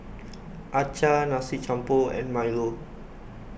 Acar Nasi Campur and Milo